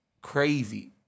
crazy